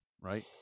Right